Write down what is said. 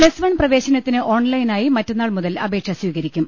പ്പസ് one പ്രവേശനത്തിന് ഓൺലൈനായി മറ്റന്നാൾ മുതൽ അപേക്ഷ സ്വീകരിക്കും